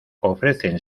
ofrecen